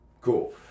Cool